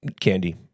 Candy